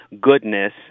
goodness